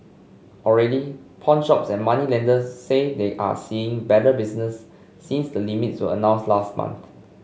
already pawnshops and moneylenders say they are seeing better business since the limits were announced last month